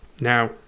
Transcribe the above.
Now